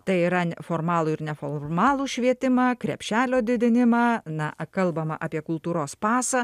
tai yra n formalų ir neformalų švietimą krepšelio didinimą na kalbama apie kultūros pasą